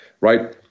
right